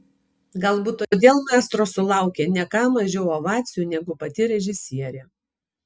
galbūt todėl maestro sulaukė ne ką mažiau ovacijų negu pati režisierė